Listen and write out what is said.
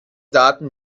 daten